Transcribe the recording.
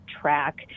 track